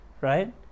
right